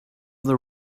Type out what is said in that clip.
the